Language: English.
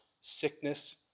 sickness